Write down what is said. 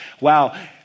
wow